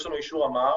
יש לנו אישור של המה"ר,